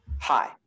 Hi